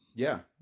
yeah,